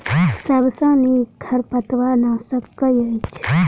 सबसँ नीक खरपतवार नाशक केँ अछि?